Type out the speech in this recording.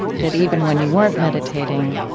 that even when you weren't meditating,